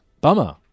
bummer